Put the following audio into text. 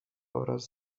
oraz